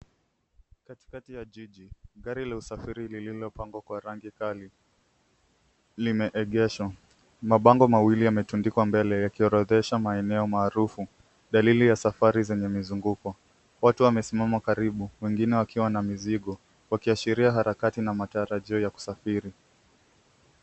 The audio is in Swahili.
Katikati ya jiji, gari la usafiri lililopambwa kwa rangi kali limeegeshwa. Mabango mawili yametundikwa mbele, yakiorodhesha maeneo ya maarufu, dalili ya safari zenye mizunguko. Watu wamesimama karibu, wengine wakiwa na mizigo, wakiashiria harakati na matarajio ya kusafiri.